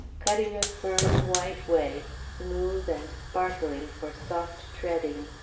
cutting a firm, white way, smooth and sparkling for soft treading,